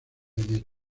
enero